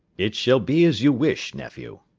it shall be as you wish, nephew.